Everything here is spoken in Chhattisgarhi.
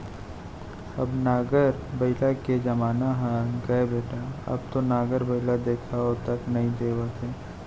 अब नांगर बइला के जमाना हर गय बेटा अब तो नांगर बइला देखाउ तक नइ देत हे